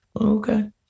Okay